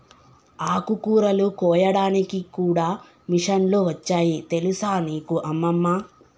ఆకుకూరలు కోయడానికి కూడా మిషన్లు వచ్చాయి తెలుసా నీకు అమ్మమ్మ